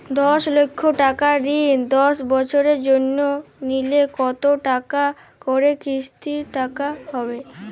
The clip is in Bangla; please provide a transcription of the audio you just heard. দশ লক্ষ টাকার ঋণ দশ বছরের জন্য নিলে কতো টাকা করে কিস্তির টাকা হবে?